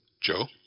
Joe